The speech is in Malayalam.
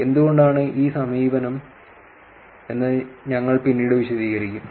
എന്തുകൊണ്ടാണ് ഈ സമീപനം എന്ന് ഞങ്ങൾ പിന്നീട് വിശദീകരിക്കും